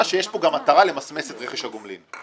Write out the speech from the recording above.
שיש פה גם מטרה למסמס את רכש הגומלין.